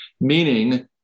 meaning